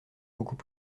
beaucoup